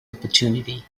opportunity